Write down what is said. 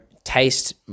taste